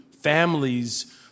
families